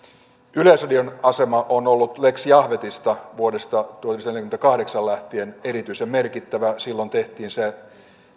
yleisradion asema on ollut lex jahvetista vuodesta tuhatyhdeksänsataaneljäkymmentäkahdeksan lähtien erityisen merkittävä silloin tehtiin se